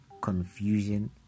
confusion